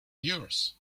yours